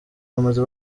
bamaze